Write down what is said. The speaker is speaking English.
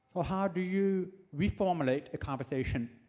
ah how do you reformulate a conversation?